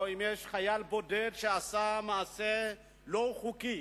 או אם יש חייל בודד שעשה מעשה לא חוקי,